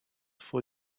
for